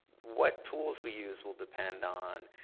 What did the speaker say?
what tools we use will depend on,